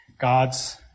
God's